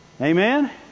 Amen